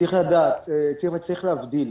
צריך להבדיל,